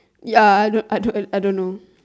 ya I don't I don't I don't know